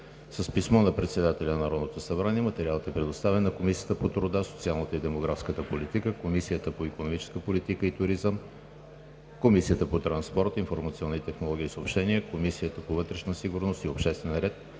С писмо на председателя на Народното събрание материалът е предоставен на: Комисията по труда, социалната и демографската политика, Комисията по икономическа политика и туризъм, Комисията по транспорт, информационни технологии и съобщения, Комисията по вътрешна сигурност и обществен ред,